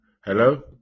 Hello